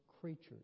creatures